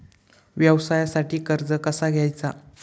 व्यवसायासाठी कर्ज कसा घ्यायचा?